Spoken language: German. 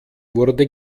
wurde